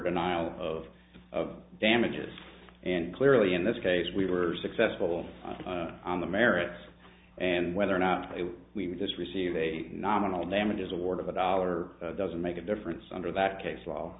denial of of damages and clearly in this case we were successful on the merits and whether or not we just received a nominal damages award of a dollar doesn't make a difference under that case law